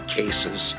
cases